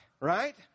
right